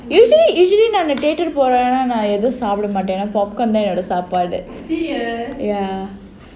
you see usually ஏதும் சாப்பிட மாட்டேன்:edhum sapida maaten ya